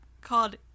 called